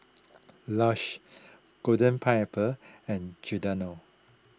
Lush Golden Pineapple and Giordano